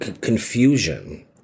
confusion